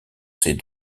ses